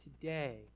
Today